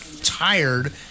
tired